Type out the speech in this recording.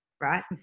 right